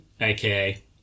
aka